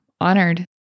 honored